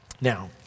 Now